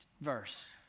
verse